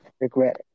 regret